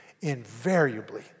invariably